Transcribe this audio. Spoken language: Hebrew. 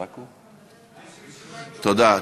תודה.